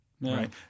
right